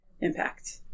impact